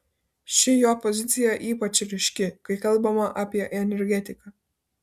ši jo pozicija ypač ryški kai kalbama apie energetiką